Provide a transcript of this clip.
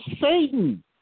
Satan